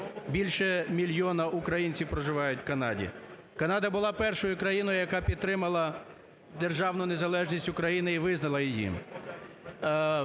більше мільйона українців проживають в Канаді. Канада була першою країною, яка підтримала державну незалежність України і визнала її.